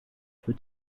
für